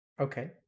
Okay